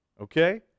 Okay